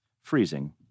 Freezing